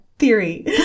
theory